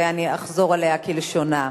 ואני אחזור עליה כלשונה,